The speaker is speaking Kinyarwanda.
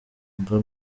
mva